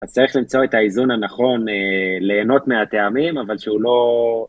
אז צריך למצוא את האיזון הנכון ליהנות מהטעמים, אבל שהוא לא...